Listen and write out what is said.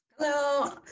Hello